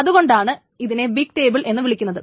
അതുകൊണ്ടാണ് ഇതിനെ big table എന്നു വിളിക്കുന്നത്